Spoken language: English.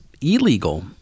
illegal